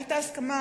היתה הסכמה